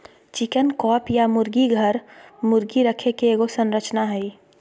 chicken coop या मुर्गी घर, मुर्गी रखे के एगो संरचना हइ